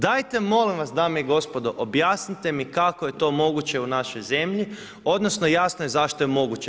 Dajte molim vas dame i gospodo objasnite mi kako je to moguće u našoj zemlji, odnosno jasno je zašto je moguće.